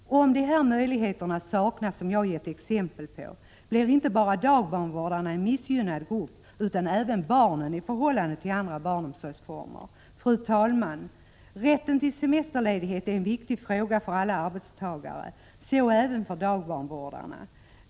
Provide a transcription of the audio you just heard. S november 1986 Om de möjligheter, som jag har gett exempel på, saknas, blir intebara 0 VS dagbarnvårdarna en missgynnad grupp utan även barnen i förhållande till vad som är fallet vid andra barnomsorgsformer. Fru talman! Rätten till semesterledighet är en viktig fråga för alla arbetstagare, så även för dagbarnvårdarna.